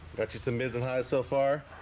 got you some mids and highs so far